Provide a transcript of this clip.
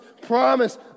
promise